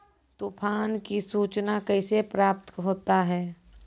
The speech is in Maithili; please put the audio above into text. तुफान की सुचना कैसे प्राप्त होता हैं?